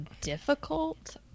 difficult